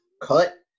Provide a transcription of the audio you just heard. Cut